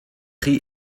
chi